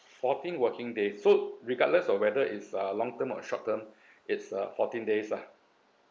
fourteen working days so regardless of whether is uh long term or short term it's uh fourteen days lah